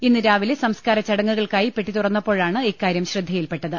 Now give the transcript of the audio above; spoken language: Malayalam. ഇന്നു രാവിലെ സംസ്കാര ചടങ്ങുകൾക്കായി പെട്ടി തുറന്നപ്പോഴാണ് ഇക്കാര്യം ശ്രദ്ധയിൽപ്പെട്ടത്